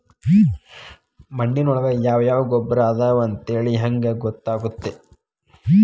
ಮಣ್ಣಿನೊಳಗೆ ಯಾವ ಯಾವ ಗೊಬ್ಬರ ಅದಾವ ಅಂತೇಳಿ ಹೆಂಗ್ ಗೊತ್ತಾಗುತ್ತೆ?